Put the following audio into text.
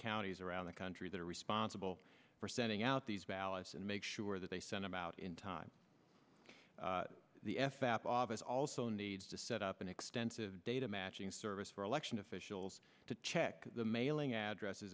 counties around the country that are responsible for sending out these ballots and make sure that they sent him out in time the f f office also needs to set up an extensive data matching service for election officials to check the mailing address